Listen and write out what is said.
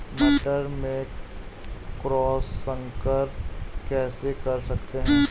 मटर में क्रॉस संकर कैसे कर सकते हैं?